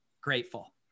grateful